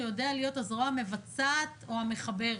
הוא יודע להיות הזרוע המבצעת או המחברת.